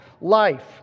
life